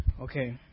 Okay